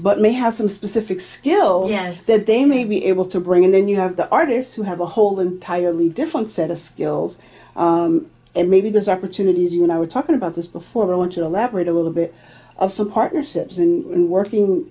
but may have some specific skill that they may be able to bring and then you have the artists who have a whole entirely different set of skills and maybe there's opportunity as you and i were talking about this before i want to elaborate a little bit of some partnerships and working